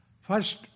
First